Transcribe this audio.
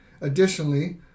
Additionally